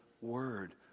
word